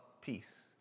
peace